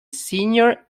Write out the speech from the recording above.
senior